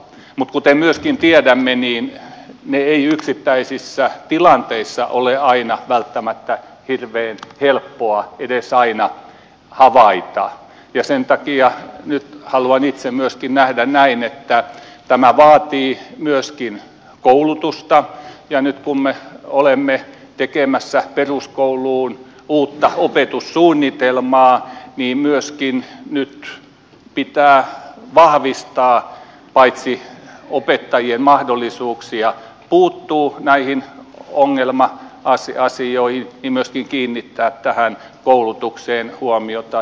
mutta kuten myöskin tiedämme niitä ei yksittäisissä tilanteissa ole aina välttämättä hirveän helppoa edes havaita ja sen takia nyt haluan itse myöskin nähdä näin että tämä vaatii myöskin koulutusta ja nyt kun me olemme tekemässä peruskouluun uutta opetussuunnitelmaa pitää myöskin paitsi vahvistaa opettajien mahdollisuuksia puuttua näihin ongelma asioihin myöskin kiinnittää tähän koulutukseen huomiota